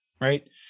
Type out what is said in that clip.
right